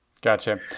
gotcha